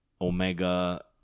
Omega